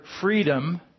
freedom